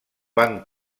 banc